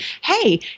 hey